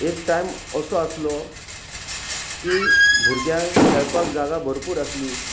एक टायम असो आसलो की भुरग्यांक खेळपाक जागा भरपूर आसली